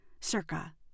circa